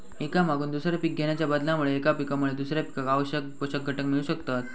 एका मागून दुसरा पीक घेणाच्या बदलामुळे एका पिकामुळे दुसऱ्या पिकाक आवश्यक पोषक घटक मिळू शकतत